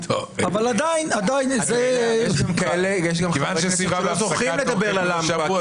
אבל עדיין --- יש גם חברי כנסת שלא זוכים לדבר ל"למפה",